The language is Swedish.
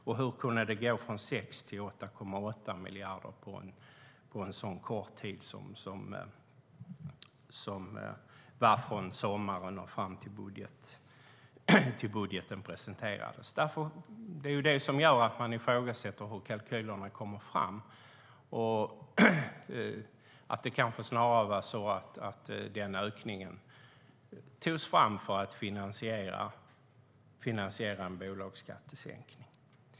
Och hur kunde det gå från 6 till 8,8 miljarder på så kort tid som från sommaren och fram till det att budgeten presenterades? Det är det som gör att man ifrågasätter hur kalkylerna kommer fram. Det kanske snarare var så att den ökningen togs fram för att finansiera en bolagsskattesänkning.